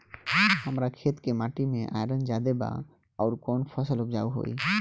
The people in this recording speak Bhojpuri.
हमरा खेत के माटी मे आयरन जादे बा आउर कौन फसल उपजाऊ होइ?